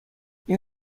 این